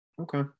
Okay